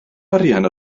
arian